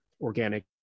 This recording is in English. organic